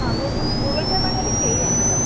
ആ Google Google pay വേണമെങ്കിലും ചെയ്യാം കേട്ടോ